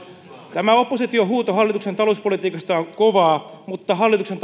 tämä opposition huuto hallituksen talouspolitiikasta on kovaa mutta hallituksen